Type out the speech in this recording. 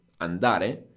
andare